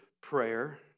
prayer